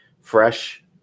fresh